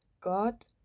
God